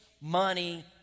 money